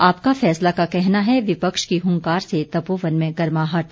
आपका फैसला का कहना है विपक्ष की हुंकार से तपोवन में गर्माहट